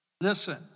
Listen